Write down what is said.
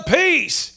peace